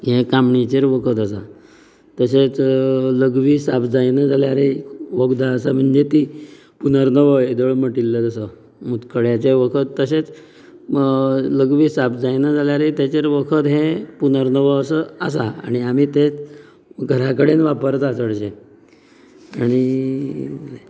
हे कामणिचेर वखद आसा तशेंच लघवी साफ जायना जाल्यार वखदां आसा म्हणजे ती पुर्नवा हेदोळ म्हटिल्लो तसो मुतखड्याचे वखद तशेंच लघवी साफ जायना जाल्यारय तेचेर वखद हे पुर्नवा हे असो आसा आनी आमी ते घरां कडेन वापरता चड अशें आनी